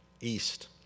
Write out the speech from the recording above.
east